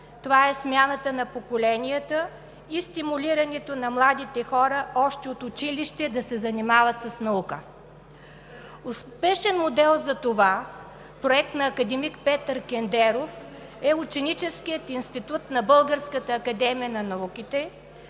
е смяната на поколенията и стимулирането на младите хора още от училище да се занимават с наука. Успешен модел за това, проект на академик Петър Кендеров, е Ученическият институт на Българската академия на науките,